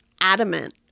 adamant